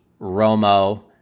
Romo